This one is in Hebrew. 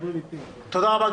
תודה רבה.